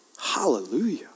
Hallelujah